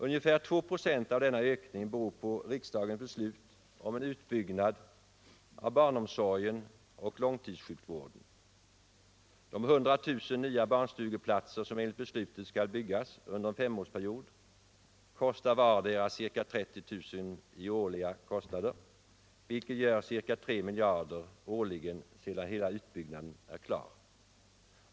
Ungefär 2 96 av denna ökning beror på riksdagens beslut om en utbyggnad av barnomsorgen och långtidssjukvården. De 100 000 nya barnstugeplatser som enligt beslutet skall byggas under en femårsperiod kräver vardera ca 30 000 kr. i årliga kostnader, vilket gör ca 3 miljarder årligen sedan heia utbyggnaden blivit klar.